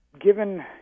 given